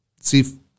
See